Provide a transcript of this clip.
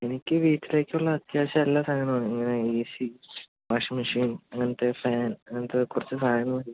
എനിക്ക് വീട്ടിലേക്കുള്ള അത്യാവശ്യം എല്ലാ സാനങ്ങളും ഇങ്ങനെ ഈ മിക്സി വാഷിംഗ് മെഷീൻ അങ്ങനത്തെ ഫാൻ അങ്ങനത്തെ കുറച്ച് സാധനങ്ങൾ